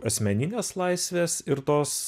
asmeninės laisves ir tos